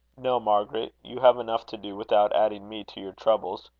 no, margaret. you have enough to do without adding me to your troubles.